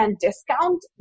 discount